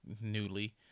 newly